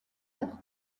heure